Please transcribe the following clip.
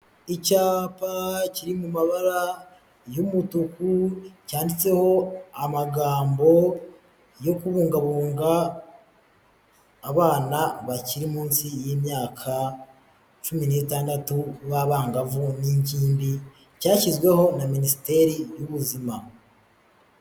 Icyapa kiri mu mabara y'umutuku yanditseho amagambo yo kubungabunga abana bakiri munsi y'imyaka cumi n'itandatu b'abangavu n'ingimbi cyashyizweho na minisiteri y'ubuzima.